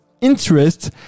interest